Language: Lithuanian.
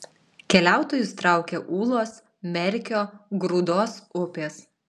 keliautojus traukia ūlos merkio grūdos upės